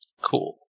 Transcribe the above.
Cool